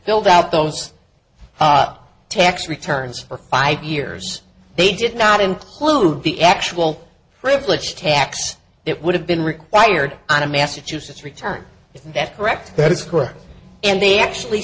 filled out those tax returns for five years they did not include the actual privilege tax that would have been required on a massachusetts return if that's correct that's correct and they actually